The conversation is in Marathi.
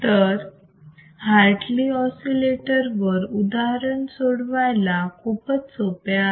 तर हार्टली ऑसिलेटर वर उदाहरण सोडवायला खूपच सोपे आहे